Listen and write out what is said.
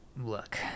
look